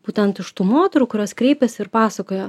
būtent iš tų moterų kurios kreipėsi ir pasakojo